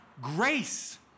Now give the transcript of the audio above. Grace